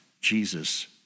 Jesus